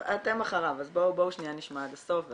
אתם אחריו אז בואו שנייה נשמע עד הסוף ואז.